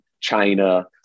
China